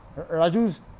Raju's